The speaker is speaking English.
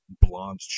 blonde